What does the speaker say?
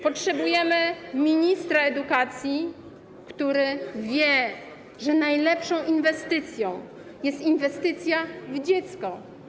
Potrzebujemy ministra edukacji, który wie, że najlepszą inwestycją jest inwestycja w dziecko.